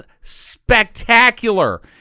spectacular